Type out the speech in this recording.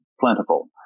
plentiful